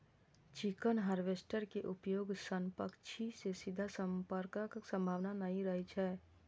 chicken harvester के उपयोग सं पक्षी सं सीधा संपर्कक संभावना नै रहै छै